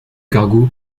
cargo